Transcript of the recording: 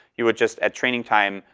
you would just, at training time,